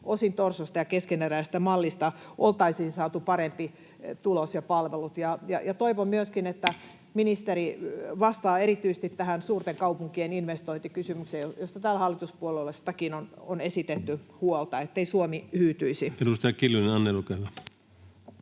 osin torsosta ja keskeneräisestä mallista oltaisiin saatu parempi tulos ja paremmat palvelut. Toivon myöskin, että ministeri vastaa erityisesti tähän suurten kaupunkien investointeja koskevaan kysymykseen, joista täällä hallituspuolueistakin on esitetty huolta, ettei Suomi hyytyisi. Edustaja Kiljunen, Anneli, olkaa